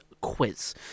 quiz